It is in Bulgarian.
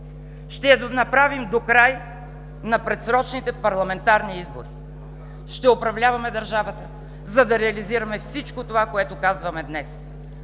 ще я направим докрай на предсрочните парламентарни избори – ще управляваме държавата, за да реализираме всичко това, което казваме днес.